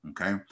okay